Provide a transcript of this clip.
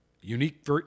unique